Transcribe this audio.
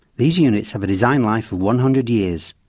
these units have a design life of one hundred years.